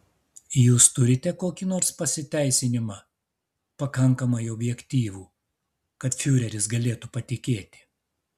jūs turite kokį nors pasiteisinimą pakankamai objektyvų kad fiureris galėtų patikėti